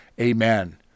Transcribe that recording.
amen